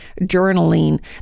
journaling